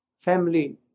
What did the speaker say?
family